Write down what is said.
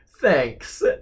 Thanks